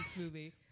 movie